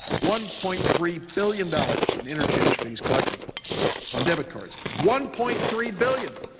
one point three billion dollars in interchange fees collected on debit cards. one point three billion